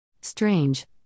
Strange